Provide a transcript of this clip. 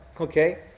Okay